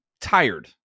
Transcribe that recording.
tired